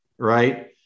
right